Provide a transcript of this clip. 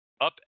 up